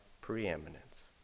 preeminence